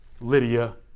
Lydia